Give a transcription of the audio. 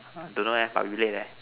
don't know eh but we late eh